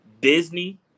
Disney